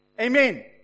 Amen